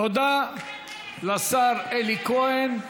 תודה לשר אלי כהן.